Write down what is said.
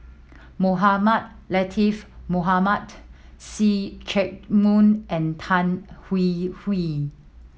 Mohamed Latiff Mohamed See Chak Mun and Tan Hwee Hwee